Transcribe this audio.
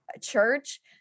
church